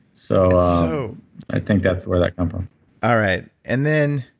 so i think that's where that come from all right. and then,